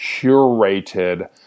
curated